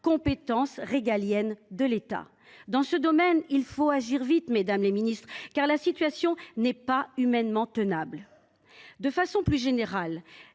compétence régalienne de l’État. Dans ce domaine, il faut agir vite, mesdames les ministres, car la situation n’est pas humainement tenable. De façon plus générale,